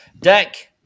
Deck